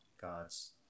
God's